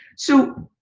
so,